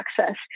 access